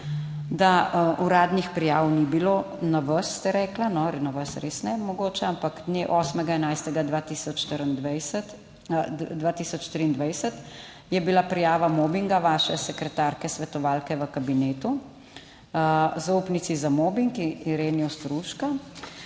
da uradnih prijav ni bilo, na vas, ste rekla, no, na vas res ne, mogoče, ampak dne 8. 11. 2024, 2023, je bila prijava mobinga vaše sekretarke svetovalke v kabinetu, zaupnici za mobing Ireni Ostrouška,